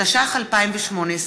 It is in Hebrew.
התשע"ח 2018,